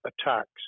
attacks